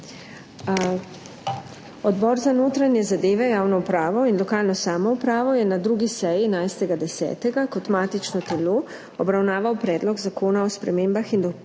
Odbor za notranje zadeve, javno upravo in lokalno samoupravo je na 2. seji 11. 10. kot matično [delovno] telo obravnaval Predlog zakona o spremembah in dopolnitvah